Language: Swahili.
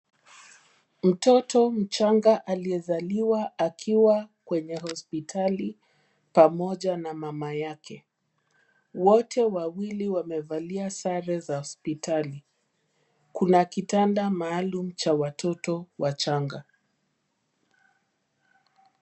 Mtoto mchanga aliyezaliwa akiwa kwenye hospitali, pamoja na mama yake. Wote wawili wamevalia sare za hospitali. Kuna kitanda maalum cha watoto wachanga.